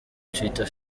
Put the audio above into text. twitter